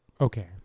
Okay